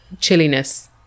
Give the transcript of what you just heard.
chilliness